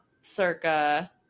circa